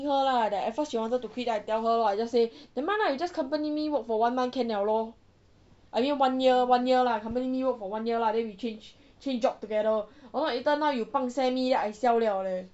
her lah that at first she wanted to quit then I tell her lor I just say nevermind lah you just accompany me work for one month can liao lor I mean one year one year lah accompany me work for one year lah then we change change job together if not later now you pang seh me then I siao liao leh